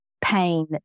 pain